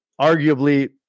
arguably